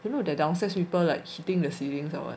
you know the downstairs people like hitting the ceilings or what